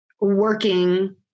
working